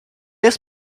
jest